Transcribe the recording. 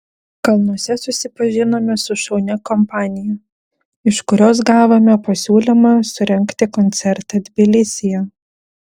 kalnuose susipažinome su šaunia kompanija iš kurios gavome pasiūlymą surengti koncertą tbilisyje